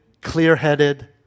clear-headed